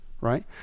right